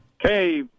Hey